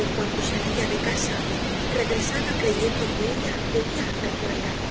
en cuanto salía de casa regresaba creyendo que ella debía de andar por allá